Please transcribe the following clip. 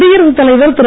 குடியரசுத் தலைவர் திரு